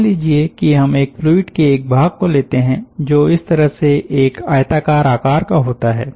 मान लीजिये कि हम एक फ्लूइड के एक भाग को लेते हैं जो इस तरह से एक आयताकार आकार का होता है